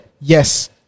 Yes